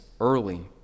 early